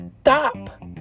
stop